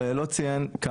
זה הכי נוח מבחינתך.